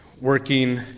working